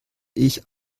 ich